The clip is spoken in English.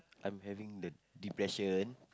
I'm having the depression